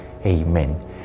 Amen